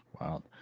wow